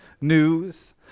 news